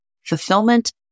fulfillment